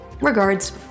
Regards